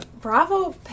bravo